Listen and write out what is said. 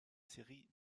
série